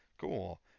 Cool